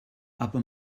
aber